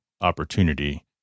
opportunity